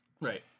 Right